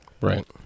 Right